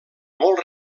molt